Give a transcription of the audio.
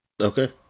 Okay